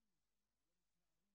נכון?